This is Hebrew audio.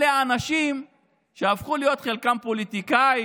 אלה אנשים שחלקם הפכו להיות פוליטיקאים,